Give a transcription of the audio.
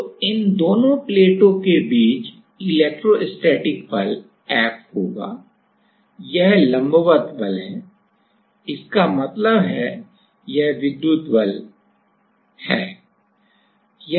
तो इन दोनों प्लेटों के बीच इलेक्ट्रोस्टेटिक बल F होगा यह लंबवत बल है इसका मतलब है यह विद्युत बल ठीक है